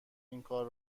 اینکار